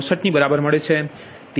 0464 ની બરાબર છે